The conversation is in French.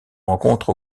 rencontre